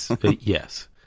Yes